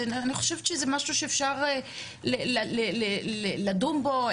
אני חושבת שזה משהו שאפשר לדון בו,